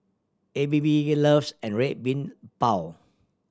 A B B loves an Red Bean Bao